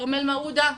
כרמל מעודה,